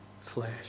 flesh